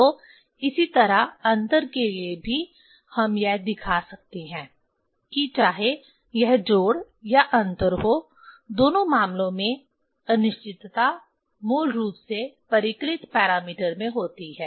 तो इसी तरह अंतर के लिए भी हम यह दिखा सकते हैं कि चाहे यह जोड़ या अंतर हो दोनों मामलों में अनिश्चितता मूल रूप से परिकलित पैरामीटर में होती है